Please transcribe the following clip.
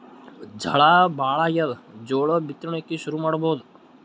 ಝಳಾ ಭಾಳಾಗ್ಯಾದ, ಜೋಳ ಬಿತ್ತಣಿಕಿ ಶುರು ಮಾಡಬೋದ?